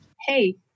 hey